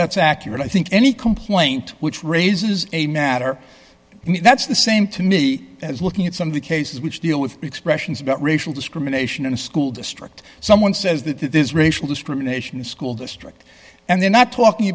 that's accurate i think any complaint which raises a matter that's the same to me as looking at some of the cases which deal with expressions about racial discrimination in a school district someone says that that is racial discrimination the school district and they're not talking